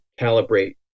calibrate